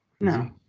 No